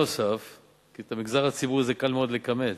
את המגזר הציבורי זה קל לכמת,